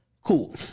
Cool